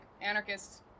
anarchists